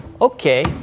Okay